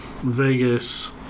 Vegas